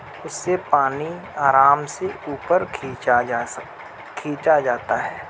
اس سے پانی آرام سے اوپر کھینچا جا سک کھینچا جاتا ہے